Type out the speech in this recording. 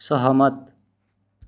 सहमत